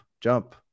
jump